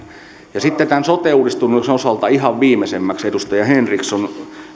sitten tämän sote uudistuksen osalta ihan viimeisimmäksi edustaja henriksson